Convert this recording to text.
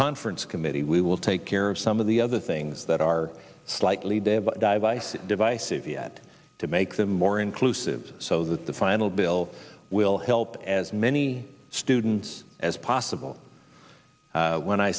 conference committee we will take care of some of the other things that are slightly dave dyson divisive yet to make them more inclusive so that the final bill will help as many students as possible when i